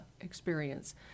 experience